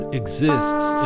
exists